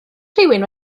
rhywun